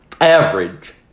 Average